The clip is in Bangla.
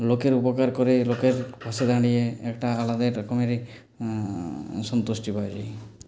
লোকের উপকার করে লোকের পাশে দাঁড়িয়ে একটা আলাদাই রকমের সন্তুষ্টি পাওয়া যায়